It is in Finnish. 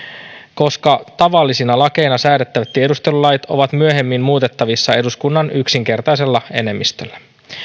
koska tavallisina lakeina säädettävät tiedustelulait ovat myöhemmin muutettavissa eduskunnan yksinkertaisella enemmistöllä